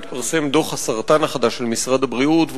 התפרסם דוח הסרטן החדש של משרד הבריאות,